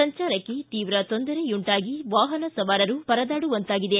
ಸಂಚಾರಕ್ಕೆ ತೀವ್ರ ತೊಂದರೆಯುಂಟಾಗಿ ವಾಹನ ಸವಾರರು ಪರದಾಡುವಂತಾಗಿದೆ